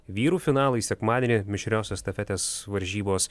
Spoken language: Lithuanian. vyrų finalai sekmadienį mišrios estafetės varžybos